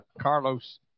Carlos